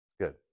good